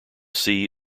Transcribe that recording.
see